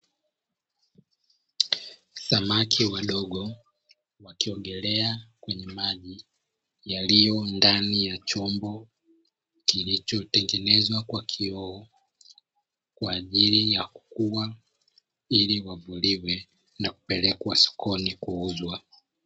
Samaki wadogo wakiongelea chombo kilichotengenezwa kwa kioo kwa ajili ya kukua, ili wavuliwe na kupelekwa sokoni kuuzwa.